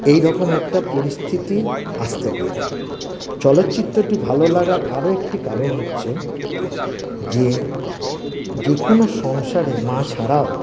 এইরকম একটা পরিস্থিতি আসতে পারে চলচ্চিত্রটি ভালো লাগার আরো একটি কারণ হচ্ছে যে যে কোনো সংসারে মা ছাড়াও